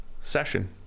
session